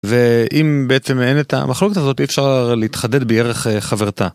ואם בעצם אין את המחלוקת הזאת אי אפשר להתחדד בירך חברתה.